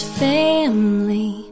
family